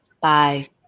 bye